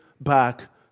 back